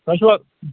تۄہہِ چھُوا